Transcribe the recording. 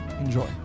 Enjoy